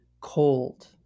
Cold